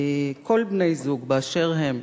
כל בני-זוג באשר הם,